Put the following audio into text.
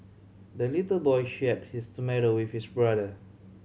the little boy share his tomato with his brother